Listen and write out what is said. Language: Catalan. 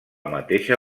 mateixa